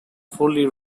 fully